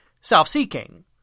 self-seeking